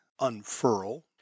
unfurl